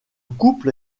couple